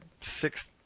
six